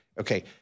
okay